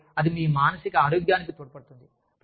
మరియు అది మీ మానసిక ఆరోగ్యానికి తోడ్పడుతుంది